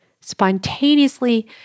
spontaneously